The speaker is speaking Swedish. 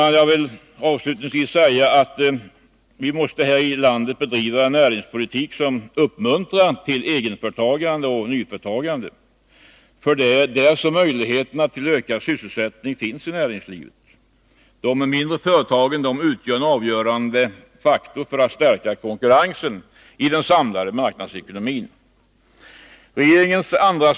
Nej, fru talman, vi måste här i landet bedriva en näringspolitik som uppmuntrar till egenföretagande och nyföretagande, ty det är här möjligheterna finns till ökad sysselsättning i näringslivet. De mindre företagen utgör också en avgörande faktor för att stärka konkurrensen i en samlad marknadsekonomi. Regeringens andras.k.